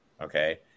okay